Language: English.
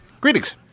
Greetings